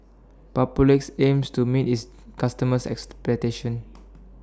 Papulex aims to meet its customers' expectations